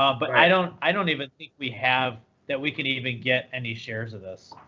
um but i don't i don't even think we have that we could even get any shares of this.